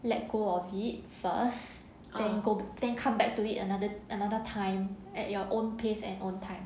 let go of it first then go then come back to it another another time at your own pace and own time